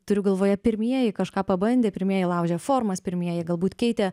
turiu galvoje pirmieji kažką pabandė pirmieji laužė formas pirmieji galbūt keitė